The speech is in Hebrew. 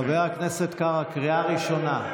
חבר הכנסת קארה, קריאה ראשונה.